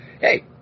hey